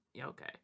okay